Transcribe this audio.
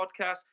podcast